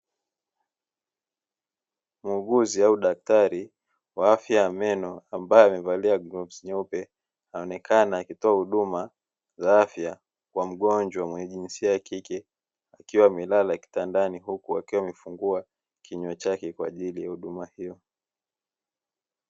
Muuguzi au daktari wa afya ya meno, ambaye amevalia crocksi nyeupe, anaonekana akitoa huduma za afya kwa mgonjwa wa jinsia ya kike, akiwa amelala kitandani huku amefungua kinywa chake kwa ajili ya huduma hiyo.